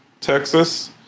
Texas